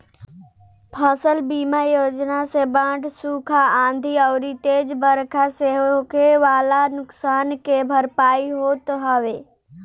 फसल बीमा योजना से बाढ़, सुखा, आंधी अउरी तेज बरखा से होखे वाला नुकसान के भरपाई होत हवे